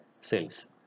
cells